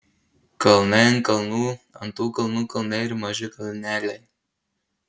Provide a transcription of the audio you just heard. kalnai ant kalnų ant tų kalnų kalnai ir maži kalneliai